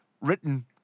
written